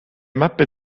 mappe